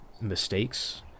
mistakes